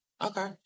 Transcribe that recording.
Okay